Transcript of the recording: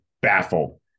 baffled